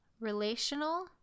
relational